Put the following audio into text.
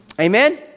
Amen